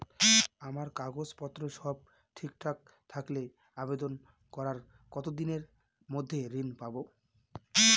আমার কাগজ পত্র সব ঠিকঠাক থাকলে আবেদন করার কতদিনের মধ্যে ঋণ পাব?